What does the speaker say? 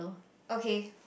okay